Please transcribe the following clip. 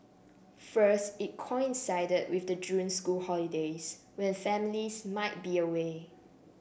first it coincided with the June school holidays when families might be away